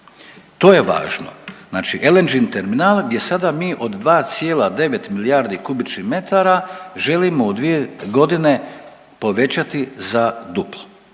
To je važno, znači LNG terminal gdje sada mi od 2,9 milijardi kubičnih metara želimo u 2 godine povećati za duplo